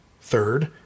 Third